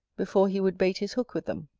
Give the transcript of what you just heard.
before he would bait his hook with them.